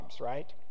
right